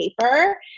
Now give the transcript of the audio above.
paper